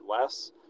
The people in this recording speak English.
less